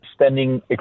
spending